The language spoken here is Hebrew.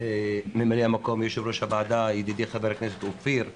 מ"מ יו"ר הוועדה ידידי ח"כ אופיר,